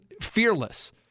fearless